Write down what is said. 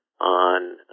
on